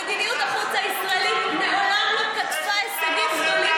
מדיניות החוץ הישראלית מעולם לא קטפה הישגים גדולים מיקי